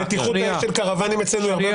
בטיחות האש של קרוואנים אצלנו היא הרבה יותר גבוהה.